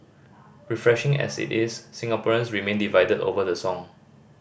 refreshing as it is Singaporeans remain divided over the song